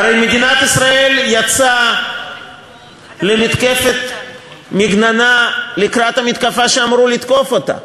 הרי מדינת ישראל יצאה למתקפת מגננה לקראת המתקפה שאמרו לתקוף אותה.